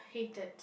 hated